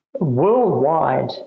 Worldwide